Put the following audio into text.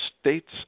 states